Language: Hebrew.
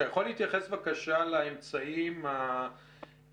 אתה יכול להתייחס בבקשה לאמצעים הרלבנטיים